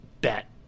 bet